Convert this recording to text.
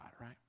right